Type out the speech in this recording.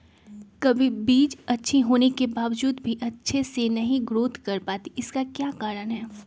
कभी बीज अच्छी होने के बावजूद भी अच्छे से नहीं ग्रोथ कर पाती इसका क्या कारण है?